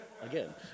Again